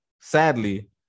sadly